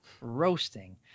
roasting